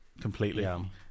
completely